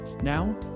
Now